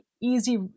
easy